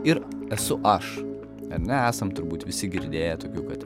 ir esu aš ar ne esam turbūt visi girdėję tokių kad